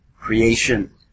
Creation